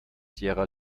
sierra